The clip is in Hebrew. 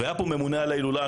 והיה ממונה על ההילולה,